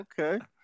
Okay